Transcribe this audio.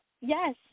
Yes